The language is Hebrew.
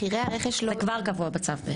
מחירי הרכש --- זה בעצם כבר קבוע בצו.